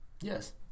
Yes